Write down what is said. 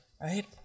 right